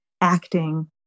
acting